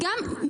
לא, משהו אחרון.